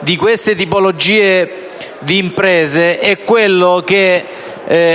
di questa tipologia di imprese eche,